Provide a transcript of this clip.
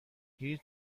هیچ